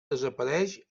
desapareix